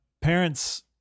parents